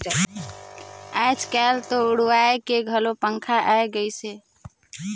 आयज कायल तो उड़वाए के घलो पंखा आये गइस हे